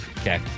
Okay